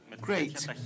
great